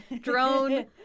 Drone